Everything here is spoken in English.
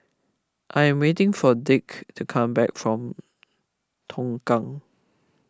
I am waiting for Dick to come back from Tongkang